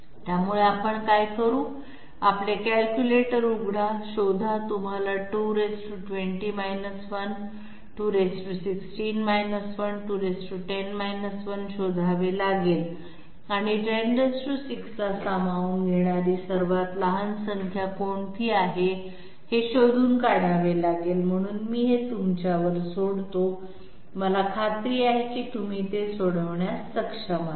त्यामुळे आपण काय करू आपले कॅल्क्युलेटर उघडा शोधा तुम्हाला 220 1 216 1 210 1 शोधावे लागेल आणि 106 ला सामावून घेणारी सर्वात लहान संख्या कोणती आहे हे शोधून काढावे लागेल म्हणून मी हे तुमच्यावर सोडतो मला खात्री आहे की तुम्ही ते सोडविण्यास सक्षम असाल